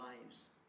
lives